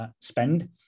spend